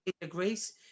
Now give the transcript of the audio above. degrees